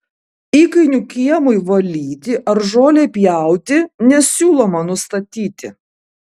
įkainių kiemui valyti ar žolei pjauti nesiūloma nustatyti